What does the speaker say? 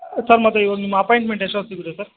sir ಮತ್ತೆ ಇವಾಗ ನಿಮ್ಮ ಅಪಾಯಿಂಟ್ಮೆಂಟ್ ಎಷ್ಟೊತ್ತು ಸಿಗುತ್ತೆ ಸರ್